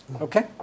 Okay